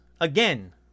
Again